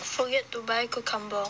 forget to buy cucumber